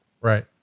Right